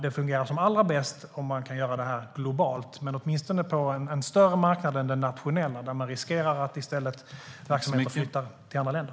Det fungerar som allra bäst om man kan göra det här globalt, men det är bra om det åtminstone görs på en större marknad än den nationella, där man riskerar att verksamheter i stället flyttar till andra länder.